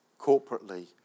corporately